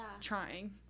trying